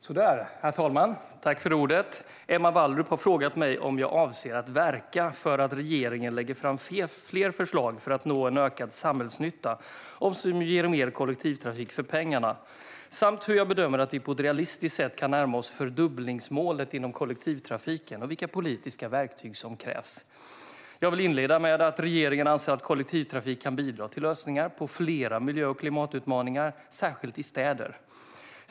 Svar på interpellationer Herr talman! Emma Wallrup har frågat mig om jag avser att verka för att regeringen lägger fram fler förslag för att nå en ökad samhällsnytta, och som ger mer kollektivtrafik för pengarna, samt hur jag bedömer att vi på ett realistiskt sätt kan närma oss fördubblingsmålet inom kollektivtrafiken och vilka politiska verktyg som krävs. Jag vill inleda med att regeringen anser att kollektivtrafik kan bidra till lösningar på flera miljö och klimatutmaningar, särskilt i städer.